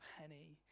penny